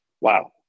wow